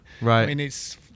Right